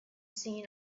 seen